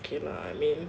okay lah I mean